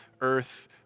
earth